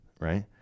Right